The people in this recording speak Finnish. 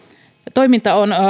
toiminta on